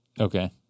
Okay